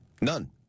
None